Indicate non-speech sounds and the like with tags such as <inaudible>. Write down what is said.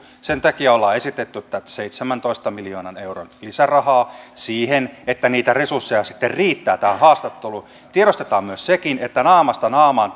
sen takia olemme esittäneet tätä seitsemäntoista miljoonan euron lisärahaa siihen että niitä resursseja riittää tähän haastatteluun tiedostamme senkin että naamasta naamaan <unintelligible>